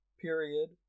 period